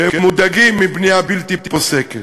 כי הם מודאגים מבנייה בלתי פוסקת,